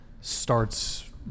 starts